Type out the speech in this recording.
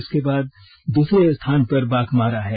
इसके बाद दूसरे स्थान पर बाघमारा है